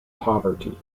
poverty